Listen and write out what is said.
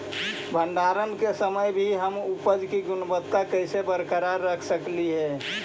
भंडारण के समय भी हम उपज की गुणवत्ता कैसे बरकरार रख सकली हे?